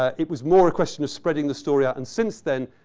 ah it was more a question of spreading the story out. and since then,